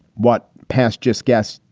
what passed? just guests.